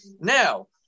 Now